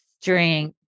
strength